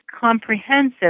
comprehensive